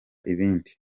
ibindi